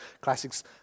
classics